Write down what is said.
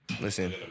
Listen